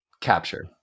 capture